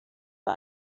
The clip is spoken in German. bei